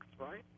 right